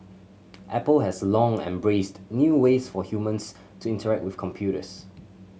apple has long embraced new ways for humans to interact with computers